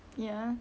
ya